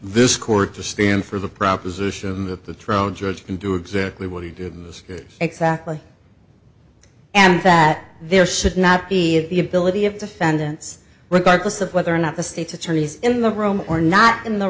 this court to stand for the proposition that the trail judge can do exactly what he did was exactly and that there should not be the ability of defendants regardless of whether or not the state's attorneys in the room or not in the